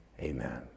Amen